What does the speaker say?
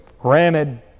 Granted